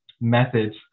methods